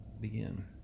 begin